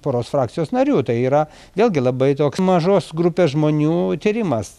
poros frakcijos narių tai yra vėlgi labai mažos grupės žmonių tyrimas